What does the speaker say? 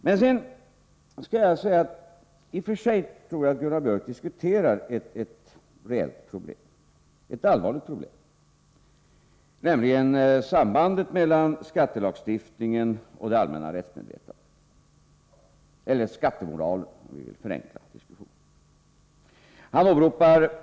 Men sedan skall jag gärna säga att jag tror att Gunnar Biörck i och för sig diskuterar ett reellt och allvarligt problem, nämligen sambandet mellan skattelagstiftningen och det allmänna rättsmedvetandet — eller skattemoralen, om vi vill förenkla diskussionen.